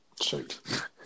Shoot